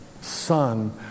Son